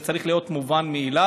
זה צריך להיות מובן מאליו.